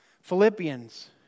Philippians